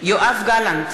יואב גלנט,